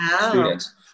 students